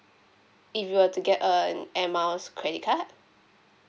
if you want to get earn airmiles credit card